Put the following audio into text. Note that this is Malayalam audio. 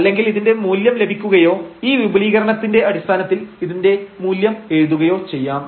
അല്ലെങ്കിൽ ഇതിന്റെ മൂല്യം ലഭിക്കുകയോ ഈ വിപുലീകരണത്തിന്റെ അടിസ്ഥാനത്തിൽ ഇതിന്റെ മൂല്യം എഴുതുകയോ ചെയ്യാം